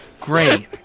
great